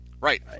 Right